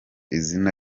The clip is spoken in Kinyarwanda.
izina